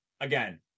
again